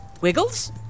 Wiggles